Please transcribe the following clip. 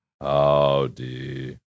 Howdy